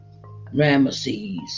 Ramesses